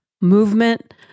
movement